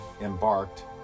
embarked